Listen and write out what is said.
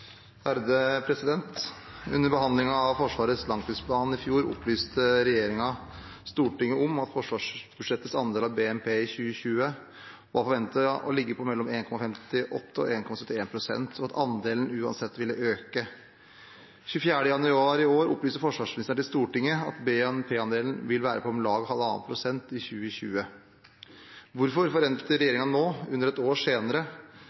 av Forsvarets langtidsplan i fjor opplyste regjeringen Stortinget om at forsvarsbudsjettets andel av BNP i 2020 var forventet å ligge på mellom 1,58 og 1,71 pst., og at andelen uansett ville øke. 24. januar i år opplyste forsvarsministeren til Stortinget at BNP-andelen vil være på om lag 1,5 pst. i 2020. Hvorfor forventer regjeringen nå, under et år senere,